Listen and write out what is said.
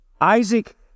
Isaac